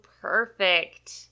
perfect